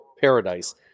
paradise